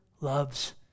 loves